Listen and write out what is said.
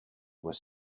were